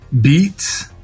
beats